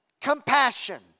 compassion